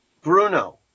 Bruno